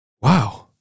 Wow